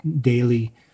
daily